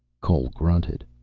cole grunted.